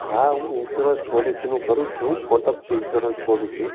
હાં હું ઇન્સ્યુરન્સ પોલિસીનું કરું છું કોટક ઇન્સ્યુરન્સ પોલિસી